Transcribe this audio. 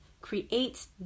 creates